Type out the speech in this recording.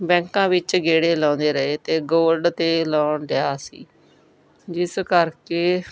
ਬੈਂਕਾਂ ਵਿੱਚ ਗੇੜੇ ਲਾਉਂਦੇ ਰਹੇ ਅਤੇ ਗੋਲਡ 'ਤੇ ਲੋਨ ਲਿਆ ਅਸੀਂ ਜਿਸ ਕਰਕੇ